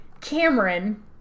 Cameron